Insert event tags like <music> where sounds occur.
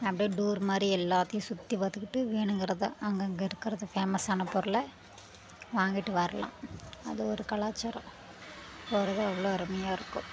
அப்டியே டூர் மாதிரி எல்லாத்தையும் சுற்றி பார்த்துக்கிட்டு வேணுங்கிறதை அங்கங்கே இருக்கிறது ஃபேமஸான பொருளை வாங்கிகிட்டு வரலாம் அது ஒரு கலாச்சாரம் ஒரு <unintelligible> அவ்வளோ அருமையாக இருக்கும்